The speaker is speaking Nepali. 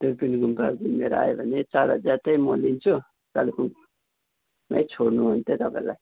दुर्पिन गुम्पाहरू घुमेर आयो भने चार हजार चाहिँ म लिन्छु कालिम्पोङलाई छोड्नु भने चाहिँ तपाईँलाई